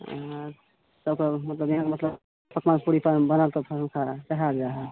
आर तब तऽ बढ़िऑं मतलब पकवान पूरी सब बनल तब चढ़ायल जाइ हइ